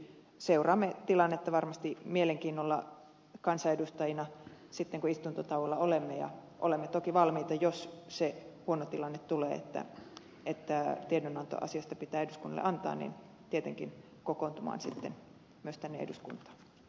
seuraamme tilannetta varmasti mielenkiinnolla kansanedustajina sitten kun istuntotauolla olemme ja olemme toki valmiita jos se huono tilanne tulee että tiedonanto asiasta pitää eduskunnalle antaa tietenkin kokoontumaan sitten myös tänne eduskuntaan